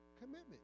Commitment